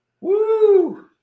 Woo